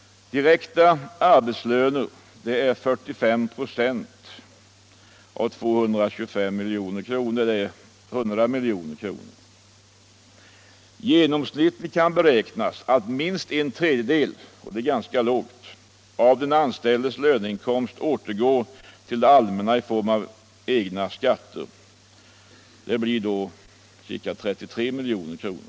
Direkta arbetslöner är 45 96 av 225 milj.kr., alltså 100 milj.kr. Genomsnittligt kan beräknas att minst en tredjedel — och det är ganska lågt räknat — av den anställdes löneinkomst återgår till det allmänna i form av egna skatter. Det blir ca 33 milj.kr.